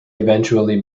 eventually